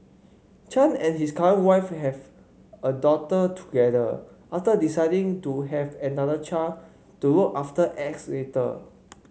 chan and his current wife have a daughter together after deciding to have another child to look after X later